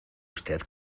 usted